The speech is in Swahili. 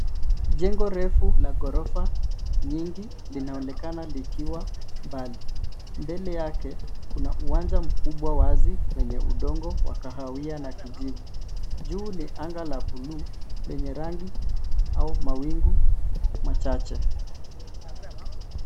Jengo refu la ghorofa nyingi, linaonekana likiwa mbali .Mbele yake, kuna uwanja mkubwa wazi, wenye udongo wa kahawia na kijivu. Juu ni anga la buluu lenye rangi au mawingu machache.